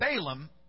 Balaam